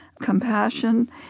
Compassion